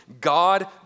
God